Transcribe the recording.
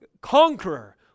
conqueror